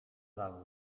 zawód